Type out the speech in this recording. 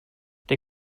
der